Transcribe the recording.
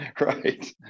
Right